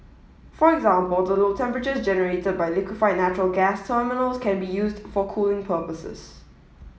for example the low temperatures generated by liquefied natural gas terminals can be used for cooling purposes